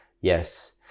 Yes